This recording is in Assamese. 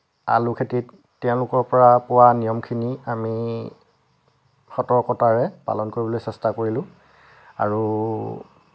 আলুখেতিত তেওঁলোকৰ পৰা পোৱা নিয়মখিনি আমি সতৰ্কতাৰে পালন কৰিবলৈ চেষ্টা কৰিলোঁ আৰু